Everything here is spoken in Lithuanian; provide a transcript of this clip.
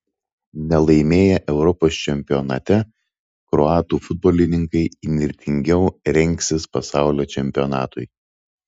nelaimėję europos čempionate kroatų futbolininkai įnirtingiau rengsis pasaulio čempionatui